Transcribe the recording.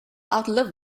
outlive